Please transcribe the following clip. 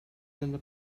dyna